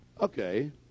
okay